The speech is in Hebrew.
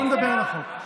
בוא נדבר על החוק.